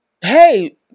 Hey